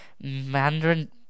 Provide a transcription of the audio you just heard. Mandarin